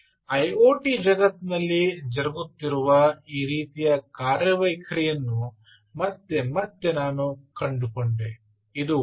IoT ಜಗತ್ತಿನಲ್ಲಿ ಜರುಗುತ್ತಿರುವ ಈ ರೀತಿಯ ಕಾರ್ಯವೈಖರಿಯನ್ನು ಮತ್ತೆ ಮತ್ತೆ ನಾನು ಕಂಡುಕೊಂಡೆ ಇದು ವಾಸ್ತವ